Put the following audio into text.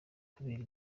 kubera